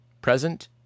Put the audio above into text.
present